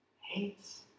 hates